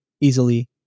easily